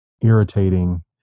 irritating